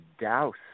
douse